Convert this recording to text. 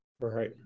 Right